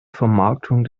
vermarktung